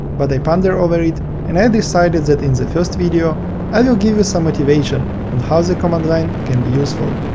but i pondered over it and decided that in the first video i will give you some motivation on how the command line can be useful.